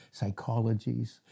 psychologies